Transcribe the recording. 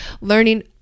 learning